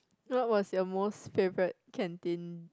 what was your most favourite canteen